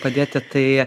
padėti tai